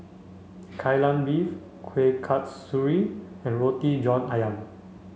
Kai Lan Beef Kueh Kasturi and Roti John Ayam